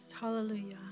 Hallelujah